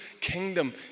kingdom